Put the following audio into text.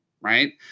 right